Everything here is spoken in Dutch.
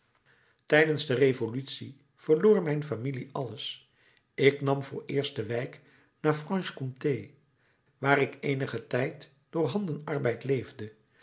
tijdens de revolutie verloor mijn familie alles ik nam vooreerst de wijk naar franche comté waar ik eenigen tijd door handenarbeid leefde